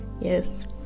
yes